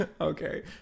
Okay